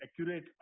accurate